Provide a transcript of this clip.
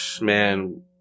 man